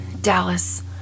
Dallas